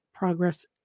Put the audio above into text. Progress